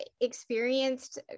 experienced